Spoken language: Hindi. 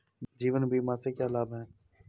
जीवन बीमा से क्या लाभ हैं?